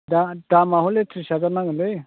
दामा हले थ्रिस हाजार नांगोन लै